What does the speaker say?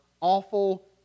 awful